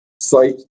site